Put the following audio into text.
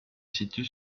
situe